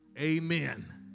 Amen